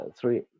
three